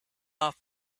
off